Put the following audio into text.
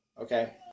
okay